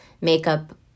makeup